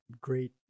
great